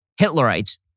Hitlerites